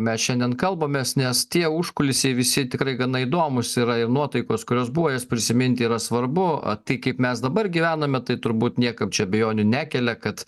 mes šiandien kalbamės nes tie užkulisiai visi tikrai gana įdomūs yra ir nuotaikos kurios buvo jas prisiminti yra svarbu o tai kaip mes dabar gyvename tai turbūt niekam čia abejonių nekelia kad